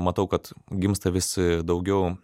matau kad gimsta vis daugiau